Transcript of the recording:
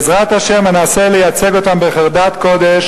בעזרת השם אנסה לייצג אותם בחרדת קודש